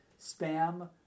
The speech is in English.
spam